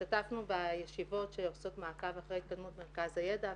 השתתפנו בישיבות שעושות מעקב אחרי התקדמות מרכז הידע,